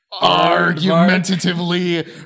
argumentatively